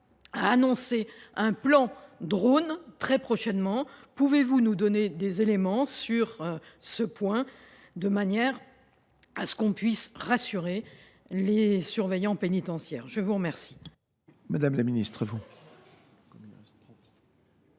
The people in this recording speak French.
a annoncé un plan anti drones très prochainement. Pouvez vous nous donner des éléments sur ce plan, de manière que l’on puisse rassurer les surveillants pénitentiaires ? La parole